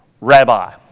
Rabbi